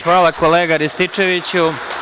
Hvala, kolega Rističeviću.